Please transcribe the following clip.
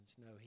No